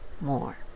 more